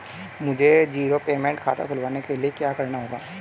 मुझे zero payment खाता खुलवाने के लिए क्या करना होगा?